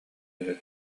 үһү